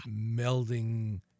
melding